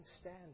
stand